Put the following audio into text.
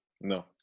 No